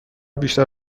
بیشتر